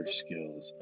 skills